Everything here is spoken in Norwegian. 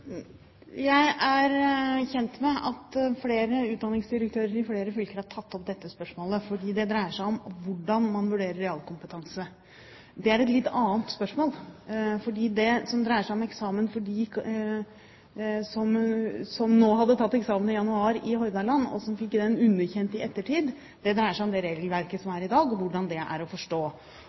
Jeg er kjent med at flere utdanningsdirektører i flere fylker har tatt opp dette spørsmålet, fordi det dreier seg om hvordan man vurderer realkompetanse. Det er et litt annet spørsmål, fordi det som dreier seg om eksamen for dem som nå hadde tatt eksamen i januar i Hordaland, og som fikk den underkjent i ettertid, dreier seg om det regelverket som er i dag, og hvordan det er å forstå.